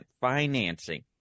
financing